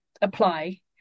apply